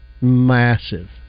Massive